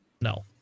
No